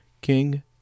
King